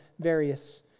various